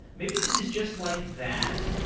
maybe this is just like that.